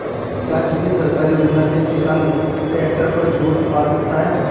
क्या किसी सरकारी योजना से किसान ट्रैक्टर पर छूट पा सकता है?